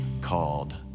called